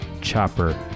chopper